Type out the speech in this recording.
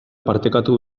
partekatu